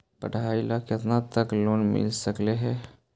पढाई ल केतना तक लोन मिल सकले हे?